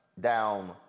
down